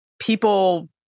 people